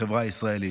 בחברה הישראלית.